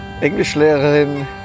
Englischlehrerin